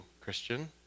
Christian